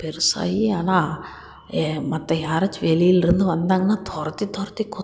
பெருசாகி ஆனால் மற்ற யாராச்சும் வெளியிலேருந்து வந்தாங்கன்னா துரத்தி துரத்தி கொத்தும்